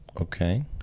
Okay